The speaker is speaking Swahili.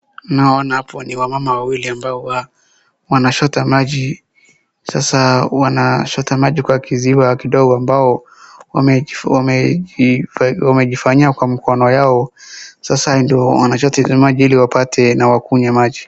Naona hapo ni wamama wawili ambao wa, wanachota maji. Sasa wanachota maji kwa kiziwa kidogo ambao wamejifanyia kwa mkono yao, sasa ndo wanachota ile maji ili wapate na wakunywe maji.